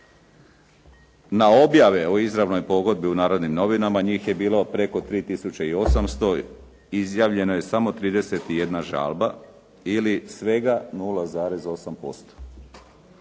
na objave o izravnoj pogodni u "Narodnim novinama" njih je bilo preko 3 tisuće i 800. izjavljeno je samo 31 žalba ili svega 0,8%.